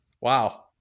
wow